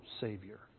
savior